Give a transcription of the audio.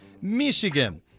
Michigan